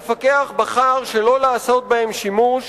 המפקח בחר שלא לעשות בהן שימוש,